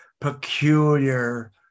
peculiar